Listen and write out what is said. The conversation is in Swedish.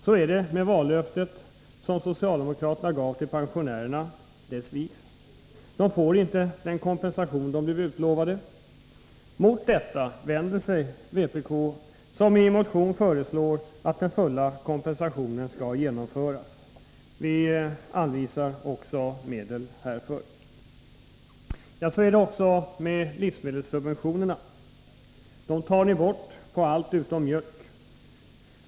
Så är det med vallöftet som socialdemokraterna gav till pensionärerna — det sviks. De får inte den kompensation de blev utlovade. Vpk vänder sig mot detta och föreslår i en motion att den fulla kompensationen skall genomföras. Vi anvisar också medel härför. 4 Så är det också med livsmedelssubventionerna. Dem tar ni bort på allt utom mjölk.